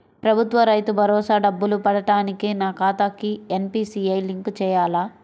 ప్రభుత్వ రైతు భరోసా డబ్బులు పడటానికి నా ఖాతాకి ఎన్.పీ.సి.ఐ లింక్ చేయాలా?